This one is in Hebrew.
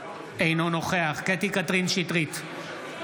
אינו נוכח קטי קטרין שטרית,